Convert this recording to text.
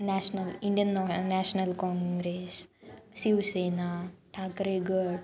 national Indian ना National Congress Shiv Sena ठाकरेगढ